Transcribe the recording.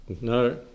no